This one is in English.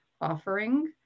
offering